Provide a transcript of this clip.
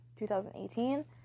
2018